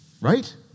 Right